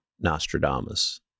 Nostradamus